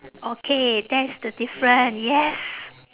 okay that's the different yes